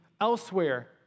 elsewhere